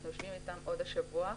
אנחנו יושבים איתם עוד השבוע.